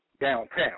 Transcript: downtown